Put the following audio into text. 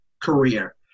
career